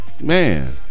Man